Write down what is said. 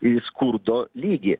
į skurdo lygį